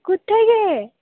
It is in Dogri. कु'त्थै गे